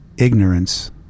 Ignorance